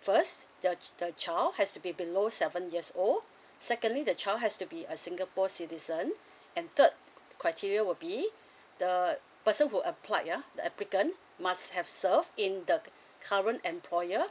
first the the child has to be below seven years old secondly the child has to be a singapore citizen and third criteria will be the person who applied yeah the applicant must have served in the current employer